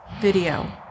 video